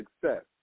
success